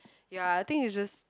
ya I think it's just